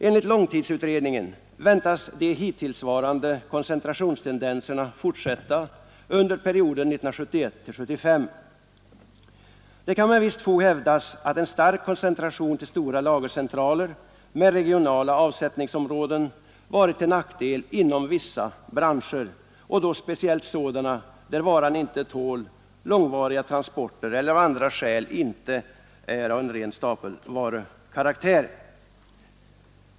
Enligt långtidsutredningen väntas de hittillsvarande koncentrationstendenserna fortsätta under perioden 1971—1975. Det kan med visst fog hävdas att en stark koncentration till stora lagercentraler med regionala avsättningsområden varit till nackdel inom vissa branscher och då speciellt sådana där varan inte tål långvariga transporter eller av andra skäl inte är av ren stapelvarukaraktär.